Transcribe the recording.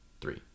three